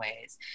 ways